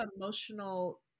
emotional